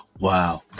wow